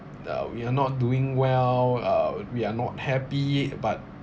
uh we are not doing well uh we are not happy but